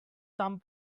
some